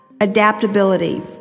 Adaptability